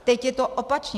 Teď je to opačně.